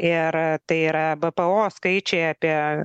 ir tai yra bpo skaičiai apie